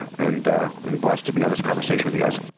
and ah and blessed to be on this conversation with you guys.